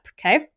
Okay